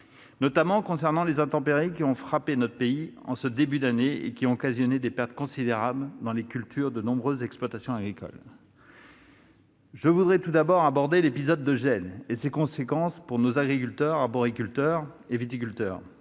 en ce qui concerne les intempéries qui ont frappé notre pays en ce début d'année et qui ont occasionné des pertes considérables pour de nombreuses exploitations agricoles. Je veux tout d'abord évoquer l'épisode de gel et ses conséquences pour nos agriculteurs, arboriculteurs et viticulteurs.